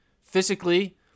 Physically